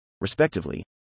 respectively